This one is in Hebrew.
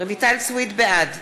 בעד